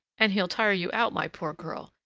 and he'll tire you out, my poor girl!